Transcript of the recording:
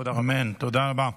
תודה רבה.